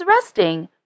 resting